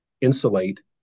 insulate